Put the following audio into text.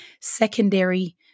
secondary